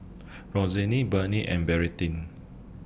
Roxanne Burnell and Meredith